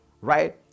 right